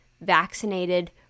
Vaccinated